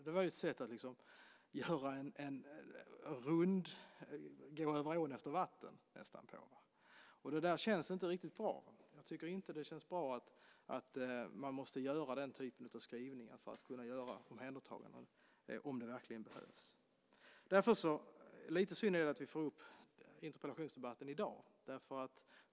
Det var nästan ett sätt att gå över ån efter vatten. Det känns inte riktigt bra. Jag tycker inte att det känns bra att man måste göra den typen av skrivningar för att göra ett omhändertagande om det verkligen behövs. Det är lite synd att vi får upp interpellationsdebatten i dag.